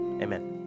Amen